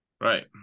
Right